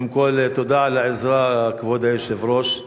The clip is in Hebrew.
קודם כול, תודה על העזרה, כבוד היושב-ראש.